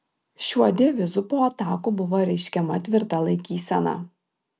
šiuo devizu po atakų buvo reiškiama tvirta laikysena